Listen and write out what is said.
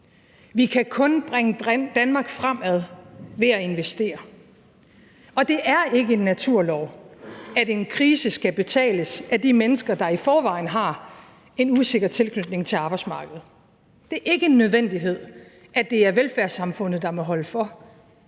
Vi kan kun bringe Danmark fremad ved at investere. Og det er ikke en naturlov, at en krise skal betales af de mennesker, som i forvejen har en usikker tilknytning til arbejdsmarkedet. Det er ikke en nødvendighed, at det er velfærdssamfundet, der må holde for.